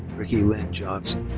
rikki lynn johnson.